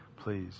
please